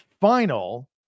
final